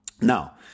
Now